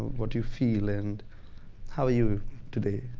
what you feel and how are you today?